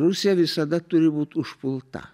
rusija visada turi būt užpulta